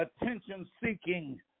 attention-seeking